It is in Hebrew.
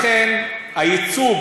לכן הייצוג